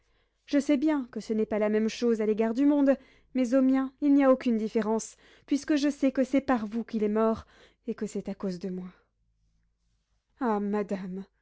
je sais bien que ce n'est pas la même chose à l'égard du monde mais au mien il n'y a aucune différence puisque je sais que c'est par vous qu'il est mort et que c'est à cause de moi ah madame